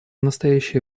настоящее